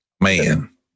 man